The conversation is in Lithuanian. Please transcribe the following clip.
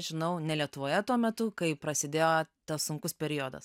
žinau ne lietuvoje tuo metu kai prasidėjo tas sunkus periodas